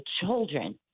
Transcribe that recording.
children